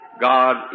God